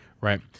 right